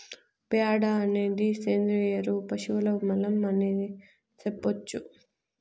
ప్యాడ అనేది సేంద్రియ ఎరువు పశువుల మలం అనే సెప్పొచ్చు